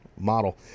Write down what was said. Model